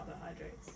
carbohydrates